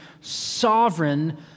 sovereign